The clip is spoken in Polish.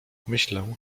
myślę